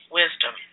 wisdom